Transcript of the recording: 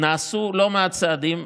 נעשו לא מעט צעדים.